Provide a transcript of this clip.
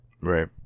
Right